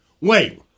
wait